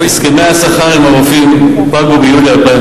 הסכמי השכר עם הרופאים פגו ביולי 2010